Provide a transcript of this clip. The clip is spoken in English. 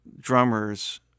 drummers